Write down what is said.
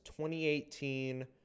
2018